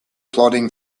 plodding